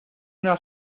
una